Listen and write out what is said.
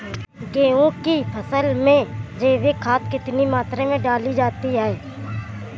गेहूँ की फसल में जैविक खाद कितनी मात्रा में डाली जाती है?